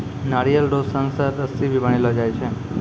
नारियल रो सन से रस्सी भी बनैलो जाय छै